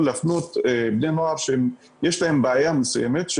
להפנות בני נוער שיש להם בעיה מסוימת,